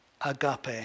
agape